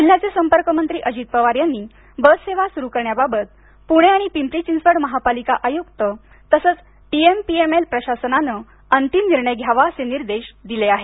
जिल्ह्याचे संपर्कमंत्री अजित पवार यांनी बससेवा सुरू करण्याबाबत पुणे आणि पिंपरी चिंचवड महापालिका आयुक्त तसंच P M P M L प्रशासनानं अंतिम निर्णय घ्यावा असे निर्देश दिले आहेत